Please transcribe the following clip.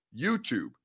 YouTube